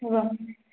एवं